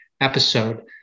episode